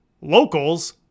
locals